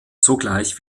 sogleich